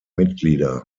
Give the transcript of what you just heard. mitglieder